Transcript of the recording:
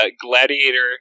gladiator